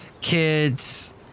Kids